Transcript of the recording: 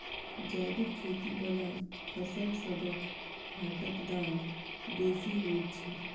जैबिक खेती बला फसलसबक हाटक दाम बेसी होइत छी